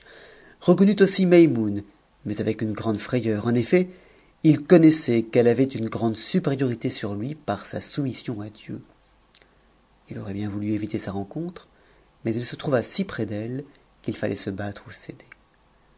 reconnut aussi maimoune mais avec une grande frayeur en effet il connaissait qu'elle avait une grande supériorité sur lui par sa soumissioll à dieu il aurait bien voulu éviter sa rencontre mais il se trouva si près d'elle qu'il fallait se battre ou céder